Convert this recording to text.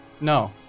No